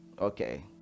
okay